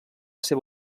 seva